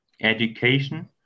education